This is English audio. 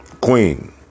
queen